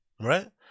right